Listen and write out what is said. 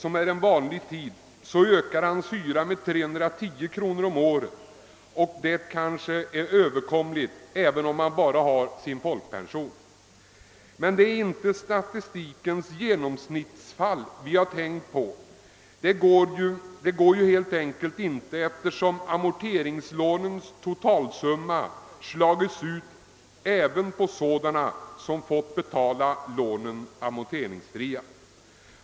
Men det är inte statistikens genomsnittsfall vi har tänkt på. Det går helt enkelt inte, eftersom amorteringslånens totalsumma har slagits ut även på dem som fått hela lånen amorteringsfria.